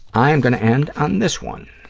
i am going to end on this one.